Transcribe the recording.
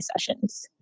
sessions